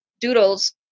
doodles